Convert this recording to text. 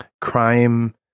crime